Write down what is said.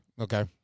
Okay